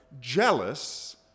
jealous